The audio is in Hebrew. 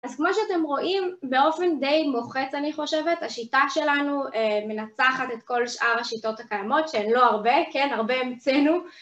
אז כמו שאתם רואים, באופן די מוחץ אני חושבת, השיטה שלנו אה.. מנצחת את כל שאר השיטות הקיימות, שהן לא הרבה, כן, הרבה המצאנו.